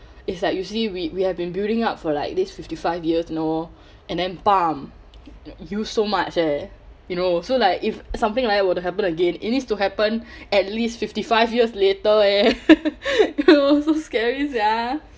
is like usually we we have been building up for like this fifty five years you know and then use so much eh you know so like if like that were to happen again it needs to happen at least fifty five years later eh oh so scary sia